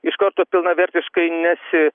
iš karto pilnavertiškai nesi